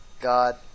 God